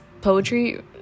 poetry